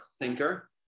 thinker